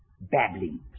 babblings